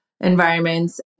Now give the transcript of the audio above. environments